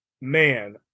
man